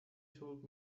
told